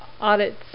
audits